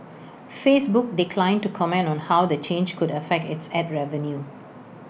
Facebook declined to comment on how the change could affect its Ad revenue